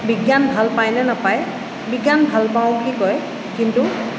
বিজ্ঞান ভাল পায় নে নেপায় বিজ্ঞান ভাল পাওঁ বুলি কয় কিন্তু